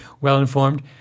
well-informed